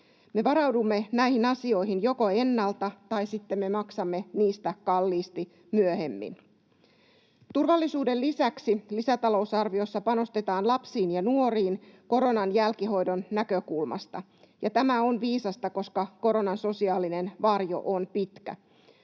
varaudumme näihin asioihin ennalta tai sitten maksamme niistä kalliisti myöhemmin. Turvallisuuden lisäksi lisätalousarviossa panostetaan lapsiin ja nuoriin koronan jälkihoidon näkökulmasta, ja tämä on viisasta, koska koronan sosiaalinen varjo on pitkä.